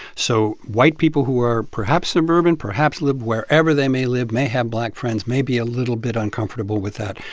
so white people who are perhaps suburban, perhaps live wherever they may live, may have black friends, may be a little bit uncomfortable with that.